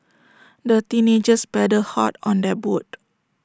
the teenagers paddled hard on their boat